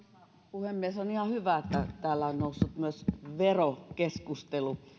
puhemies on ihan hyvä että täällä on noussut myös verokeskustelu